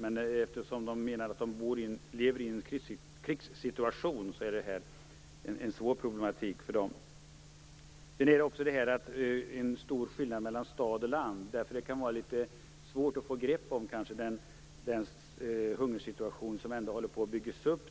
Men eftersom de menar att de lever i en krigssituation är detta en svår problematik för dem. Det är också stor skillnad mellan stad och landsbygd. Det kanske kan vara litet svårt att få grepp om den hungersituation som nu håller på att byggas upp.